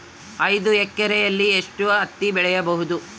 ಐದು ಎಕರೆಯಲ್ಲಿ ಎಷ್ಟು ಹತ್ತಿ ಬೆಳೆಯಬಹುದು?